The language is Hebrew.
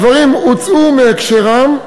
הדברים הוצאו מהקשרם.